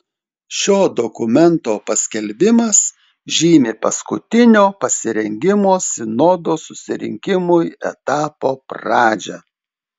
šio dokumento paskelbimas žymi paskutinio pasirengimo sinodo susirinkimui etapo pradžią